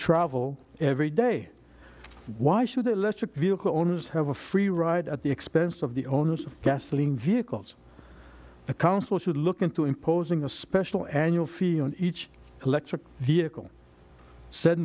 travel every day why should electric vehicle owners have a free ride at the expense of the owners of gasoline vehicles the council should look into imposing a special annual fee on each electric vehicle s